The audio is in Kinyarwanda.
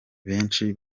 benshi